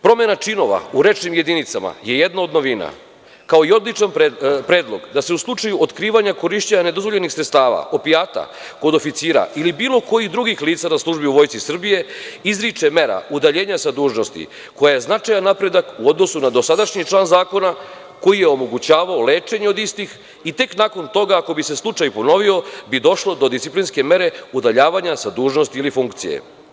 Promena činova u rečnim jedinicama je jedna od novina, kao i odličan predlog da se u slučaju otkrivanja korišćenja nedozvoljenih sredstava opijata kod oficira ili bilo kojih drugih lica na službi u Vojsci Srbije izriče mera udaljenja sa dužnosti koja je značajan napredak u odnosu na dosadašnji član zakona koji je omogućavao lečenje od istih i tek nakon toga ako bi se slučaj ponovio bi došlo do disciplinske mere udaljavanja sa dužnosti ili funkcije.